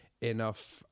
enough